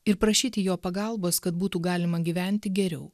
ir prašyti jo pagalbos kad būtų galima gyventi geriau